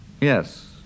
Yes